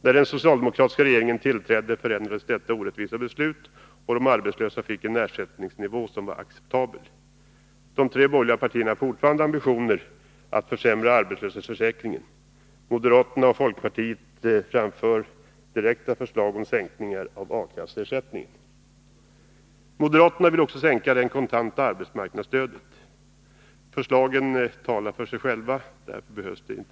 När den socialdemokratiska regeringen tillträdde, kom en förändring till stånd när det gäller detta orättvisa beslut. De arbetslösa fick då en acceptabel ersättning. De tre borgerliga partierna har fortfarande ambitionen att försämra arbetslöshetsförsäkringen. Moderaterna och folkpartiet lägger fram direkta förslag om sänkningar av A-kasseersättningen. Vidare vill moderaterna sänka det kontanta arbetsmarknadsstödet. Förslagen talar för sig själva.